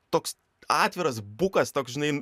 toks atviras bukas toks žinai